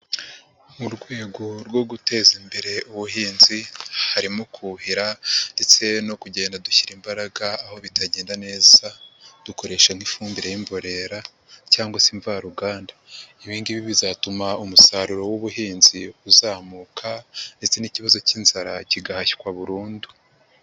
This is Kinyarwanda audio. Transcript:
Mu rwego rwo guteza imbere ubuhinzi harimo kuhira ndetse no kugenda dushyira imbaraga aho bitagenda neza dukoresha n'ifumbire y'imborera cyangwa se mvaruganda, ibi ngibi bizatuma umusaruro w'ubuhinzi uzamuka ndetse n'ikibazo cy'inzara kigahashywa burundu.